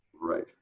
right